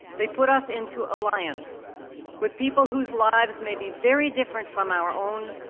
they put us into alliance with people whose lives may be very different from our own,